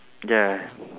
ya